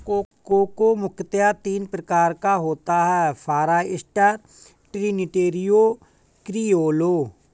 cocoa मुख्यतः तीन प्रकार का होता है फारास्टर, ट्रिनिटेरियो, क्रिओलो